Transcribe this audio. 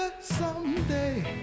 someday